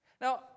Now